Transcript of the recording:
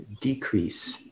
decrease